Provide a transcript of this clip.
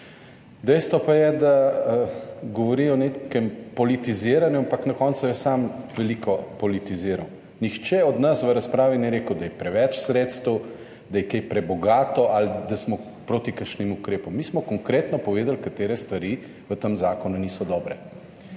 Dejstvo pa je, da govori o nekem politiziranju, ampak na koncu je sam veliko politiziral. Nihče od nas v razpravi ni rekel, da je preveč sredstev, da je kaj prebogato ali da smo proti kakšnim ukrepom. Mi smo konkretno povedali, katere stvari v tem zakonu niso dobre.